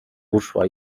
uszła